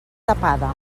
tapada